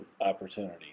opportunity